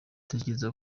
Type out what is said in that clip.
dutekereza